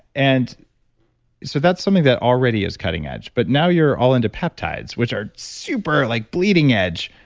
and so that's something that already is cutting edge. but now, you're all into peptides which are super like bleeding edge.